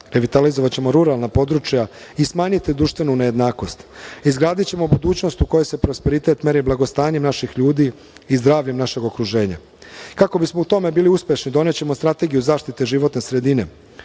revitalizovaćemo ruralna područja i smanjiti društvenu nejednakost. Izgradićemo budućnost u kojoj se prosperitet meri blagostanjem naših ljudi i zdravljem našeg okruženja. Kako bismo u tome bili uspešni, donećemo strategiju zaštite životne sredine.